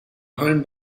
home